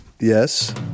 Yes